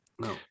No